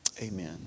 Amen